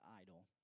idle